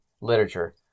literature